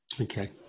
Okay